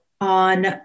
on